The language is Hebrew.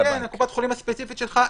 מקופת חולים,